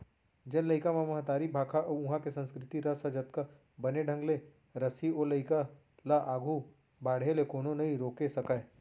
जेन लइका म महतारी भाखा अउ उहॉं के संस्कृति रस ह जतका बने ढंग ले रसही ओ लइका ल आघू बाढ़े ले कोनो नइ रोके सकयँ